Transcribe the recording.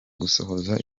gusohoza